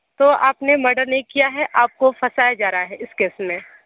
तो आपने मर्डर नहीं किया है आपको फँसाया जा रहा है इस केस में